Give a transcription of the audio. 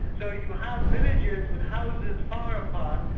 so you have villages with houses far apart,